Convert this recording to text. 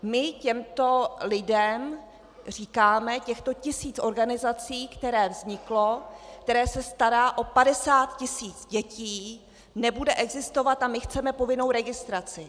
My těmto lidem říkáme: těchto tisíc organizací, které vznikly, které se starají o 50 tisíc dětí, nebude existovat a my chceme povinnou registraci.